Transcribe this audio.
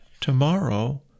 Tomorrow